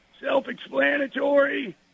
self-explanatory